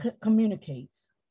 communicates